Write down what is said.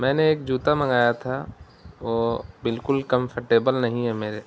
میں نے ایک جوتا منگایا تھا وہ بالکل کمفرٹیبل نہیں ہے میرے